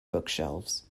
bookshelves